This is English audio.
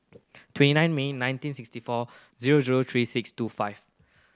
twenty nine May nineteen sixty four zero zero three six two five